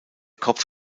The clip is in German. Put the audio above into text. kopf